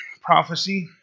prophecy